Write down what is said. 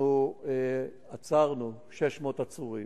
עצרנו 600 עצורים,